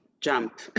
jump